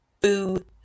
boo